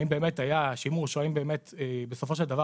האם באמת היה שימוש או האם באמת בסופו של דבר